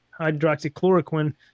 hydroxychloroquine